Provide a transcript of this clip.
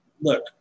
look